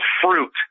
fruit